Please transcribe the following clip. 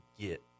get